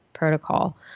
protocol